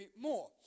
more